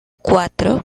cuatro